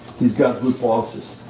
he's got a good pulse,